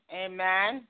amen